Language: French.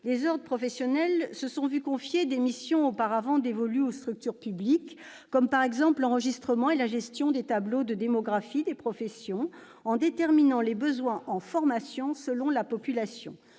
les ordres professionnels se sont vu confier des missions auparavant dévolues aux structures publiques, comme l'enregistrement et la gestion des tableaux de démographie des professions en déterminant les besoins en formation selon la population.